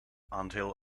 until